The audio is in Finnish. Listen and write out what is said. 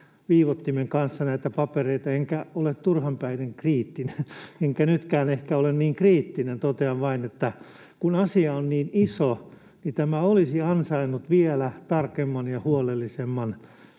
viivoittimen kanssa näitä papereita enkä ole turhan päiten kriittinen. Enkä nytkään ehkä ole niin kriittinen, totean vain, että kun asia on niin iso, niin tämä olisi ansainnut vielä tarkemman ja huolellisemman